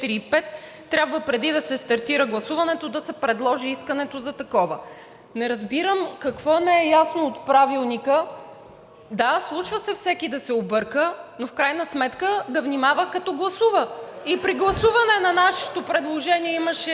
трябва преди да се стартира гласуването да се предложи искането за такова.“ Не разбирам какво не е ясно от Правилника? Да, случва се всеки да се обърка, но в крайна сметка да внимава, като гласува. При гласуване на нашето предложение имаше един